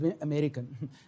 American